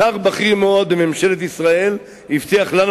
שר בכיר מאוד בממשלת ישראל הבטיח לנו